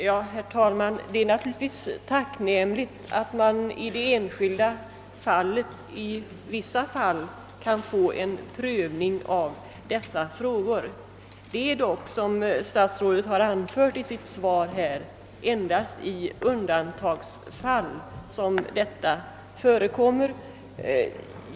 Herr talman! Det är naturligtvis tacknämligt att man ibland i det enskilda fallet kan få till stånd en prövning av dessa frågor. Det är dock, såsom statsrådet har anfört i sitt svar, endast i undantagsfall som detta förekommer.